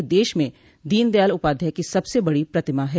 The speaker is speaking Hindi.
यह देश में दीन दयाल उपाध्याय की सबसे बड़ी प्रतिमा है